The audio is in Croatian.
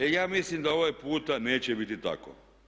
E ja mislim da ovaj puta neće biti tako.